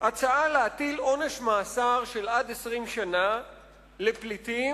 הצעה להטיל עונש מאסר של עד 20 שנה על פליטים,